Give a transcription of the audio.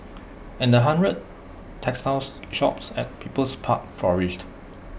and the hundred textile shops at people's park flourished